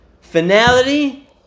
finality